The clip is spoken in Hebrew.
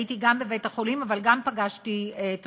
הייתי גם בבית-החולים אבל גם פגשתי תושבים.